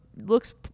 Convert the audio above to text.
looks